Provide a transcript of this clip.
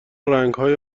رنگهای